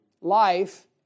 life